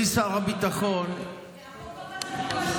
החוק הבא הוא חוק בהסכמה.